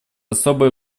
особое